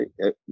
right